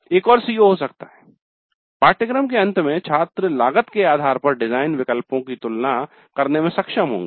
एक और CO हो सकता है पाठ्यक्रम के अंत में छात्र लागत के आधार पर डिजाइन विकल्पों की तुलना करने में सक्षम होंगे